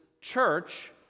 church